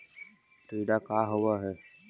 टीडा का होव हैं?